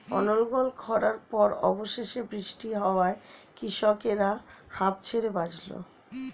অনর্গল খড়ার পর অবশেষে বৃষ্টি হওয়ায় কৃষকরা হাঁফ ছেড়ে বাঁচল